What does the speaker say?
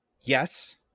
Yes